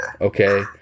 okay